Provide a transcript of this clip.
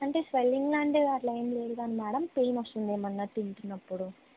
అంటే స్వెల్లింగ్ లాంటివి అట్ల ఏమి లేదు గానీ మ్యాడం పెయిన్ వస్తుంది ఏమన్నా తింటున్నపుడు